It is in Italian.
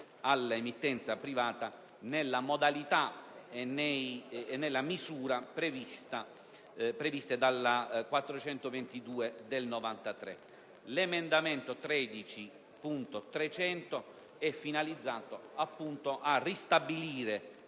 all'emittenza privata nella modalità e nella misura previste dalla citata legge n 422 del 1993. L'emendamento 13.300 è finalizzato appunto a ristabilire